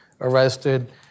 arrested